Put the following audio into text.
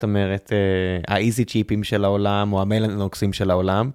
זאת אומרת האייזי צ'יפים של העולם או המיילנטנוקסים של העולם.